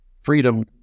freedom